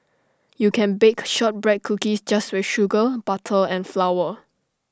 you can bake Shortbread Cookies just with sugar butter and flour